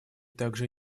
также